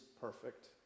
perfect